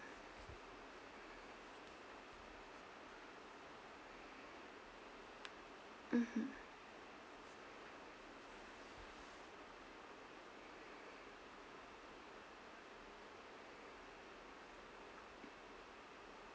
mmhmm